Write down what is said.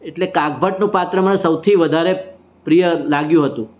એટલે કાગભટ્ટનું પાત્ર મને સૌથી વધારે પ્રિય લાગ્યું હતું